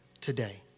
today